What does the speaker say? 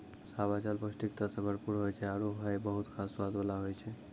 सावा चावल पौष्टिकता सें भरपूर होय छै आरु हय बहुत खास स्वाद वाला होय छै